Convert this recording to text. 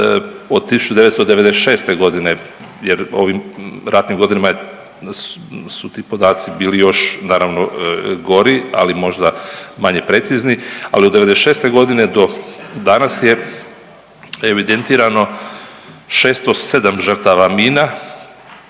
od 1996. godine jer u ovim ratnim godinama je, su ti podaci bili još naravno gori ali možda manje precizni, ali od '96. godine do danas je evidentirano 607 žrtava mina